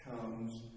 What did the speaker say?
comes